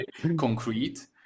concrete